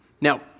Now